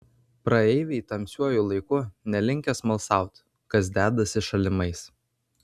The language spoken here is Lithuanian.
praeiviai tamsiuoju laiku nelinkę smalsaut kas dedasi šalimais